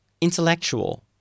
intellectual